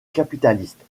capitaliste